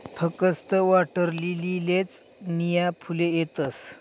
फकस्त वॉटरलीलीलेच नीया फुले येतस